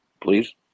Please